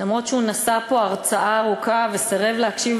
אף שהוא נשא פה הרצאה ארוכה וסירב להקשיב